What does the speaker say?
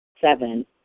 Seven